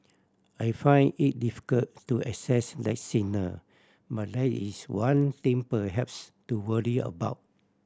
I find it difficult to assess that signal but that is one thing perhaps to worry about